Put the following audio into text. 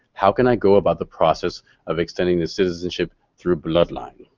how can i go about the process of extending this citizenship through bloodline?